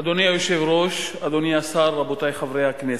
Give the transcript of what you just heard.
אדוני היושב-ראש, אדוני השר, רבותי חברי הכנסת,